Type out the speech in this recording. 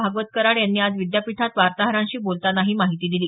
भागवत कराड यांनी आज विद्यापीठात वार्ताहरांशी बोलताना ही माहिती दिली